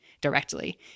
directly